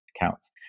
accounts